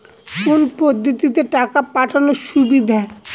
কোন পদ্ধতিতে টাকা পাঠানো সুবিধা?